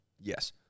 Yes